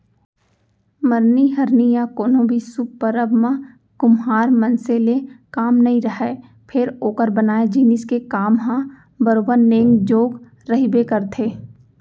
मरनी हरनी या कोनो भी सुभ परब म कुम्हार मनसे ले काम नइ रहय फेर ओकर बनाए जिनिस के काम ह बरोबर नेंग जोग रहिबे करथे